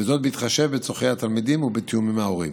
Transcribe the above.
וזאת בהתחשב בצורכי התלמידים ובתיאום עם ההורים.